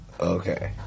Okay